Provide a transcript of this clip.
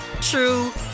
true